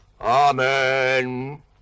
Amen